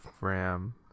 RAM